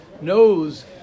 knows